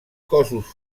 cossos